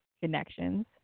connections